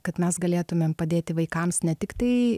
kad mes galėtumėm padėti vaikams ne tiktai